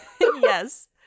yes